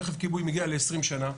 רכב כיבוי מגיע ל-20 שנה,